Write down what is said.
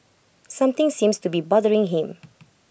something seems to be bothering him